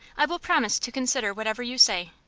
i will promise to consider whatever you say.